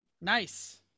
nice